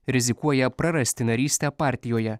rizikuoja prarasti narystę partijoje